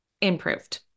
improved